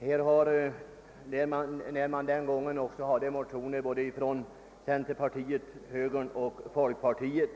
det förelåg motioner i ämnet från såväl centerpartiet som högern och folkpartiet.